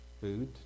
food